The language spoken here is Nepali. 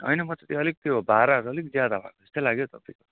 होइन म त त्यो अलिक त्यो भाडाहरू अलिक ज्यादा भएको जस्तो लाग्यो तपाईँको